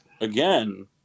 again